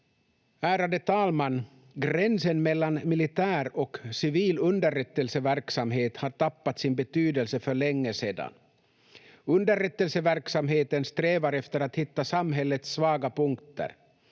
Ärade talman! Gränsen mellan militär och civil underrättelseverksamhet har tappat sin betydelse för länge sedan. Underrättelseverksamheten strävar efter att hitta samhällets svaga punkter.